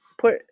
put